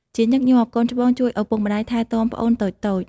ជាញឹកញាប់ កូនច្បងជួយឪពុកម្តាយថែទាំប្អូនតូចៗ។